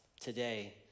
today